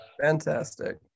fantastic